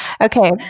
Okay